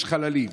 יש חללים.